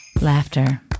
Laughter